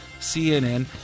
CNN